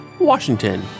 Washington